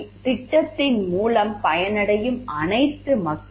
திட்டத்தின் மூலம் பயனடையும் அனைத்து மக்களும்